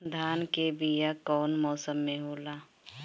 धान के बीया कौन मौसम में होला?